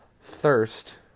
thirst